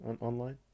online